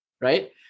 Right